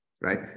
Right